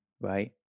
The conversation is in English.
right